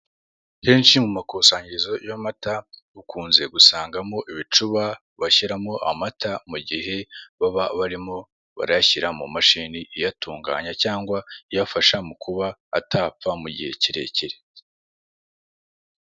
Kenshi mumakusanyirizo y'amata ukunze gusangamo ibicuba bashyiramo amata mugihe baba barimo barayashyira mumashini iyatunganya cyangwa iyafasha mukaba atapfa mugihe kirekire.